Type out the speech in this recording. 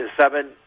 seven